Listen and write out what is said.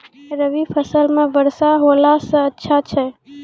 रवी फसल म वर्षा होला से अच्छा छै?